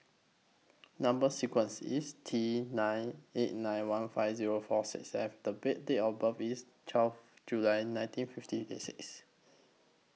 Number sequence IS T nine eight nine one five Zero four six F The Bay Date of birth IS twelve July nineteen fifty A six